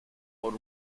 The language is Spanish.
por